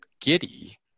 giddy